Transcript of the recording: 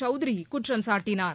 சவுத்ரிகுற்றம் சாட்டினார்